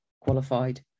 qualified